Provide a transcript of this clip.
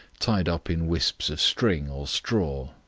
tied up in wisps of string or straw,